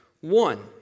one